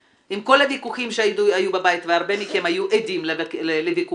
עם כל הוויכוחים שהיו בבית והרבה מכם היו עדים לוויכוחים,